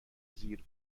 زیر